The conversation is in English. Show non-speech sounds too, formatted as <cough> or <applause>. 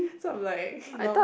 so I'm like <laughs> you know